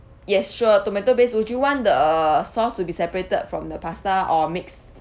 yes sure tomato paste would you want the sauce to be separated from the pasta or mixed